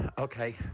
Okay